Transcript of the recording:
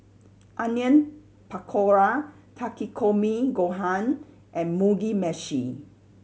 Onion Pakora Takikomi Gohan and Mugi Meshi